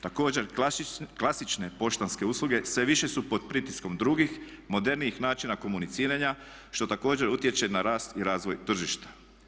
Također klasične poštanske usluge sve više su pod pritiskom drugih, modernijih načina komuniciranja što također utječe na rast i razvoj tržišta.